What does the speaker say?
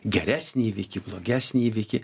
geresnį įvykį blogesnį įvykį